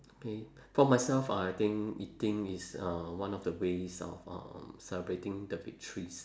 okay for myself uh I think eating is uh one of the ways of um celebrating the victories